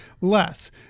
Less